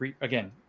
again